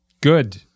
good